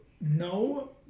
no